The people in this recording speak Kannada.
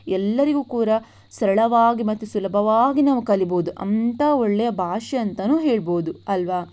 ಎಲ್ಲರಿಗೂ ಕೂಡ ಸರಳವಾಗಿ ಮತ್ತು ಸುಲಭವಾಗಿ ನಾವು ಕಲಿಯಬಹುದು ಅಂಥ ಒಳ್ಳೆಯ ಭಾಷೆ ಅಂತಲೂ ಹೇಳಬಹುದು